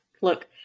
Look